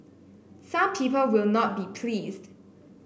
some people will not be pleased